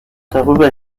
darüber